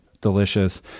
delicious